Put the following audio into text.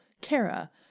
Kara